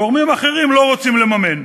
גורמים אחרים לא רוצים לממן.